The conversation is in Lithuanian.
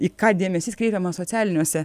į ką dėmesys kreipiamas socialiniuose